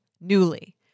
Newly